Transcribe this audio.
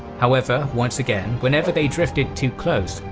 however, once again, whenever they drifted too close,